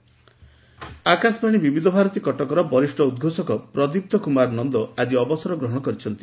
ଅବସର ଆକାଶବାଣୀ ବିବିଧଭାରତୀ କଟକର ବରିଷ୍ ଉଦ୍ଘୋଷକ ପ୍ରଦୀପ୍ତ କୁମାର ନନ ଆଜି ଅବସର ଗ୍ରହଶ କରିଛନ୍ତି